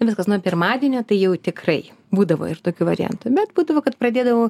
viskas nuo pirmadienio tai jau tikrai būdavo ir tokių variantų bet būdavo kad pradėdavau